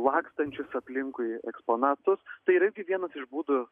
lakstančius aplinkui eksponatus tai yra irgi vienas iš būdų